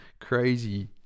crazy